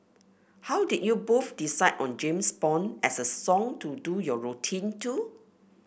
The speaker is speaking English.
how did you both decide on James Bond as a song to do your routine to